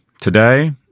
Today